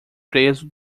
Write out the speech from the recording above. preso